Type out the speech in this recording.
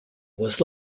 was